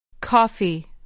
coffee